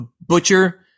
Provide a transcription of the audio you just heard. Butcher